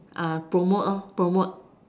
uh promote lor promote